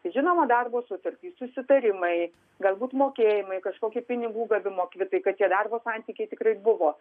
žinoma darbo sutartys susitarimai galbūt mokėjimai kažkokie pinigų gavimo kvitai kad tie darbo santykiai tikrai buvo